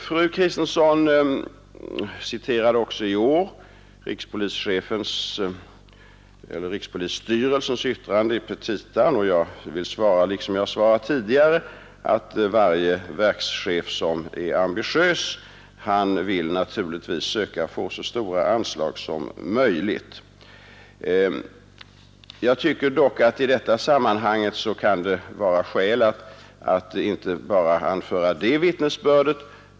Fru Kristensson citerade också i år rikspolisstyrelsens yttrande i petitan, och jag vill svara, liksom jag har svarat tidigare, att varje ambitiös verkschef naturligtvis vill söka få så stora anslag som möjligt. Jag tycker dock att det i detta sammanhang kan vara skäl att inte bara anföra det vittnesbördet.